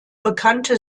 bekannte